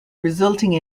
resulting